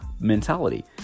mentality